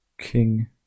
King